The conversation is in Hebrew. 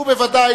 הוא בוודאי,